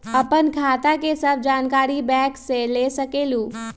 आपन खाता के सब जानकारी बैंक से ले सकेलु?